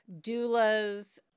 doulas